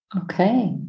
okay